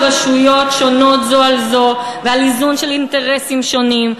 רשויות שונות זו על זו ועל איזון של אינטרסים שונים,